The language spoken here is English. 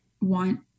want